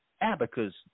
abacus